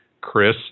Chris